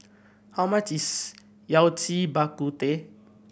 how much is Yao Cai Bak Kut Teh